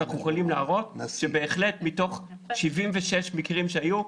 אנחנו יכולים להראות שבהחלט מתוך 76 מקרים שהיו,